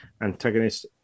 antagonist